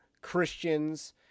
Christians